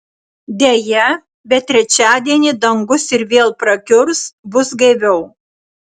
deja bet trečiadienį dangus ir vėl prakiurs bus gaiviau